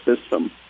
system